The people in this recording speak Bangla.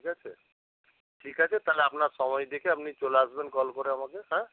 ঠিক আছে ঠিক আছে তাহলে আপনার সময় দেখে আপনি চলে আসবেন কল করে আমাকে হ্যাঁ